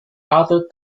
other